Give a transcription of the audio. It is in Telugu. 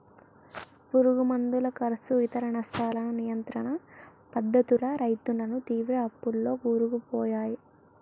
పురుగు మందుల కర్సు ఇతర నష్టాలను నియంత్రణ పద్ధతులు రైతులను తీవ్ర అప్పుల్లో కూరుకుపోయాయి